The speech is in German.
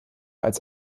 als